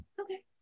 okay